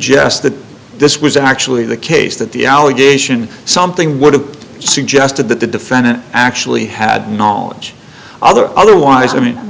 suggest that this was actually the case that the allegation something would have suggested that the defendant actually had knowledge other otherwise i mean